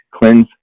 cleanse